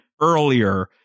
earlier